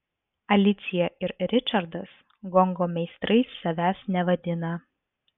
alicija ir ričardas gongo meistrais savęs nevadina